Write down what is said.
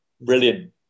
Brilliant